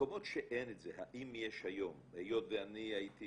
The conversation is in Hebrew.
במקומות שאין את זה, האם יש היום, היות ואני הייתי